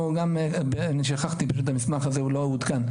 אני שכחתי, פשוט המסמך הזה הוא לא עודכן.